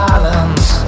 Violence